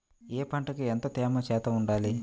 ఏ పంటకు ఎంత తేమ శాతం ఉండాలి?